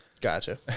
Gotcha